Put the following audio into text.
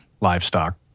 livestock